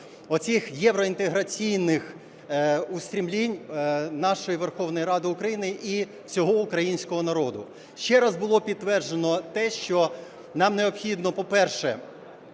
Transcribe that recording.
оцих євроінтеграційних устремлінь нашої Верховної Ради України і всього українського народу. Ще раз було підтверджено те, що нам необхідно, по-перше,